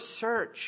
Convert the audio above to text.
search